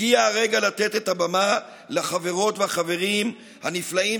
הגיע הרגע לתת את הבמה לחברות ולחברים הנפלאים